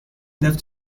left